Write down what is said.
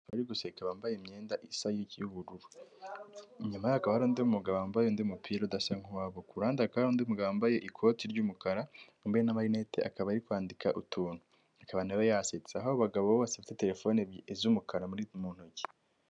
Abagabo bari guseka bambaye imyenda isa y'ubururu. Inyuma yabo hakaba hari undi mugabo wambaye undi mupira udasa nk'uwabo. Ku ruhande hakaba hari mugabo wambaye ikoti ry'umukara, wambaye n'amarinete akaba ari kwandika utuntu. Akaba na we yasetse. Aho abagabo bose bafite telefone ebyiri z'umukara mu ntoki.